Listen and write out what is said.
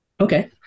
Okay